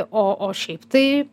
o o šiaip tai